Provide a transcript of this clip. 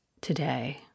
Today